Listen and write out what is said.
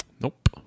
Nope